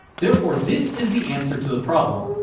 therefore this is the answer to the problem.